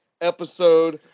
episode